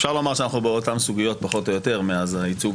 אפשר לומר שאנחנו באותן סוגיות פחות או יותר מאז הייצוג,